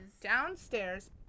downstairs